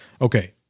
okay